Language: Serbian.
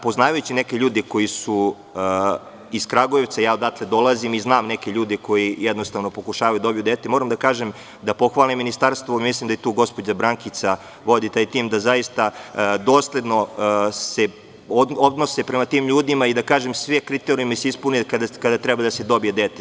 Poznavajući neke ljude koji su iz Kragujevca, ja odatle dolazim i znam neke ljude koji pokušavaju da dobiju dete, moram da pohvalim ministarstvo, a mislim da tu gospođa Brankica vodi taj tim, da se zaista dosledno odnose prema tim ljudima i svi kriterijumi se ispune kada treba da se dobije dete.